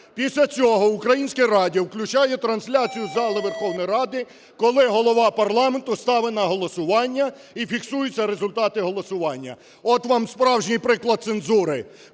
Після цього Українське радіо включає трансляцію із зали Верховної Ради, коли голова парламенту ставить на голосування і фіксуються результати голосування. От вам справжній приклад цензури